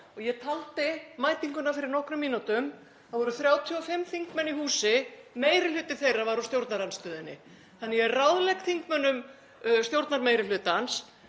Ég taldi mætinguna fyrir nokkrum mínútum: Það voru 35 þingmenn í húsi og meiri hluti þeirra var úr stjórnarandstöðunni. Þannig að ég ráðlegg þingmönnum stjórnarmeirihlutans